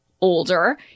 older